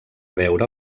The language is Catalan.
veure